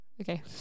Okay